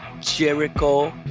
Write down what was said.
Jericho